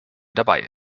dabei